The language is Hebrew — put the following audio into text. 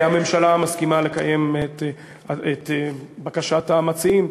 הממשלה מסכימה לקיים את בקשת המציעים.